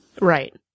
Right